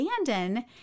abandon